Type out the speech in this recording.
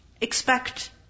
expect